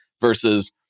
versus